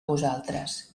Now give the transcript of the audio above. vosaltres